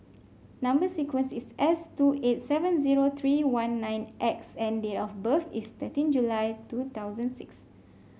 number sequence is S two eight seven zero three one nine X and date of birth is thirteen July two thousand six